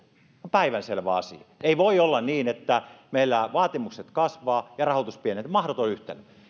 päivänselvä asia ei voi olla niin että meillä vaatimukset kasvavat ja rahoitus pienenee mahdoton yhtälö